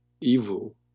evil